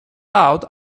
out